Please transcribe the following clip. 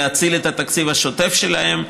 להציל את התקציב השוטף שלהם.